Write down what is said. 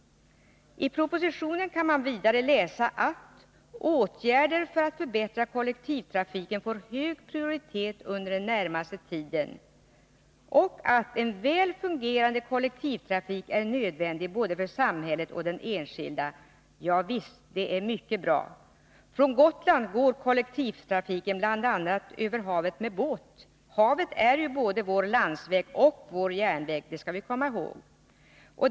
I propositionen kan man vidare läsa att åtgärder för att förbättra kollektivtrafiken får hög prioritet under den närmaste tiden och att en väl fungerande kollektivtrafik är nödvändig både för samhället och för den enskilde. Javisst, det är mycket bra. Från Gotland går kollektivtrafiken bl.a. över havet med båt. Havet är vår landsväg och vår järnväg — det skall vi komma ihåg.